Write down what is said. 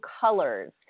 colors